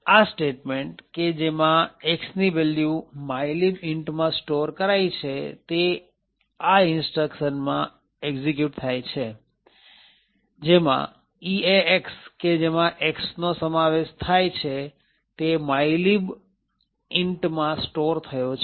આમ આ સ્ટેટમેન્ટ કે જેમાં Xની વેલ્યુ mylib int માં સ્ટોર કરાઈ છે તે આ instructionમાં એક્ષિક્યુટ થાય છે જેમાં EAX કે જેમાં X નો સમાવેશ થાય છે તે mylib int માં સ્ટોર થયો છે